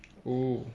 oh